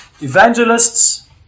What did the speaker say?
Evangelists